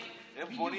והם בונים